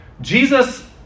Jesus